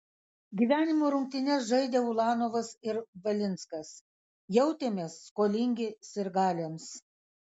gyvenimo rungtynes žaidę ulanovas ir valinskas jautėmės skolingi sirgaliams